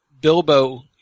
Bilbo